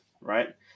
Right